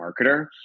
marketer